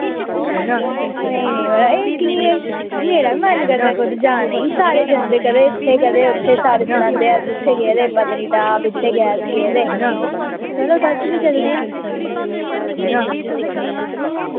नेईं नेईं मेरा बी मन करदा कुतै जाने गी सारे जन्दे कदे इत्थे कदे उत्थे सारे सनांदे अस उत्थे गेदे पत्नीटाप इत्थे गे गेदे चलो ते अस वी चलने आं